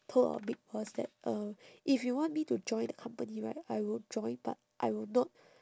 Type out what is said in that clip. told our big boss that um if you want me to join the the company right I will join but I will not